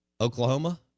Oklahoma